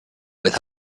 with